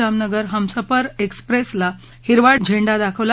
जामनगर हमसफर एक्सप्रस्तिला हिरवा झेंडा दाखवला